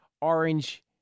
Orange